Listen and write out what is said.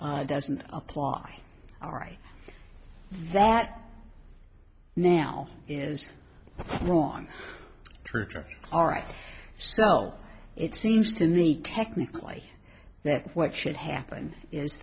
s doesn't apply all right that now is wrong true all right so it seems to me technically that what should happen is